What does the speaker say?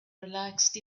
relaxed